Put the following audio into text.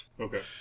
Okay